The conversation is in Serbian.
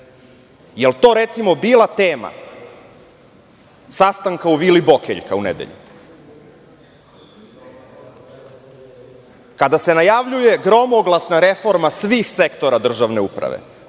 Da li je to bila tema sastanka u Vili "Bokeljka" u nedelju? Kada se najavljuje gromoglasna reforma svih sektora državne uprave